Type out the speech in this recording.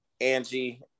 Angie